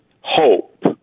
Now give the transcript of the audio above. hope